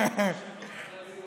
אמרת שבע.